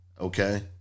Okay